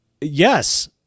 Yes